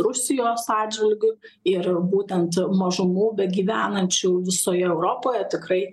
rusijos atžvilgiu ir būtent mažumų begyvenančių visoje europoje tikrai